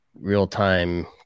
real-time